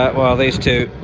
while these two